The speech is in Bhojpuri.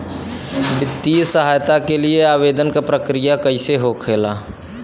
वित्तीय सहायता के लिए आवेदन क प्रक्रिया कैसे होखेला?